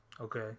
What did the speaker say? Okay